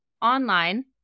online